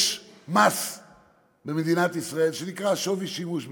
יש במדינת ישראל מס שנקרא שווי שימוש ברכב.